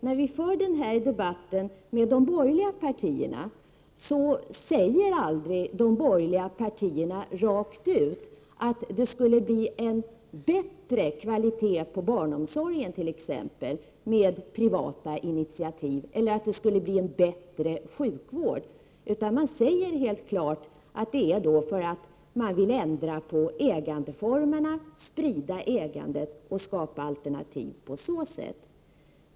När vi för den här debatten med de borgerliga partierna, säger de aldrig rakt ut att det skulle bli en bättre kvalitet på t.ex. barnomsorgen eller sjukvården med privata initiativ, utan man säger helt klart att man vill ändra på ägandeformerna, sprida ägandet och skapa alternativ på så sätt.